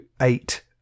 eight